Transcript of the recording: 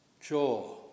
Jaw